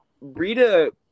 Rita